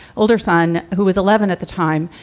older son, who was eleven at the time,